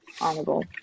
Honorable